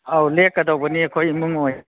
ꯑꯧ ꯂꯦꯛꯀꯗꯕꯅꯤ ꯑꯩꯈꯣꯏ